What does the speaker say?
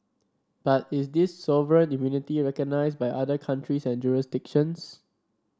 but is this sovereign immunity recognised by other countries and jurisdictions